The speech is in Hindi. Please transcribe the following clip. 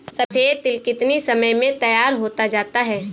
सफेद तिल कितनी समय में तैयार होता जाता है?